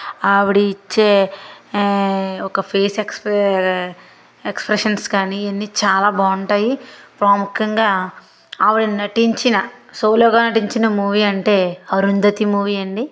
ఆవిడి ఇచ్చే ఒక ఫేసు ఎక్స్ ప్ర ఎక్స్ప్రసన్స్ కానీ ఇవన్నీ చాలా బాగుంటాయి ప్రాముఖ్యంగా ఆవిడ నటించిన సోలోగా నటించిన మూవీ అంటే అరుంధతి మూవీ అండి